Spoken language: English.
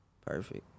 perfect